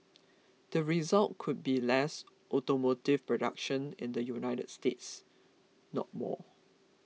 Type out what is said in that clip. the result could be less automotive production in the United States not more